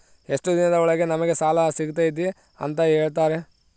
ಎಷ್ಟು ದಿನದ ಒಳಗೆ ನಮಗೆ ಸಾಲ ಸಿಗ್ತೈತೆ ಅಂತ ಹೇಳ್ತೇರಾ?